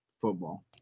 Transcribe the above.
Football